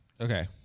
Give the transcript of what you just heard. Okay